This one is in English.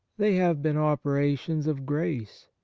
they have been operations of grace.